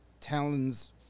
Talon's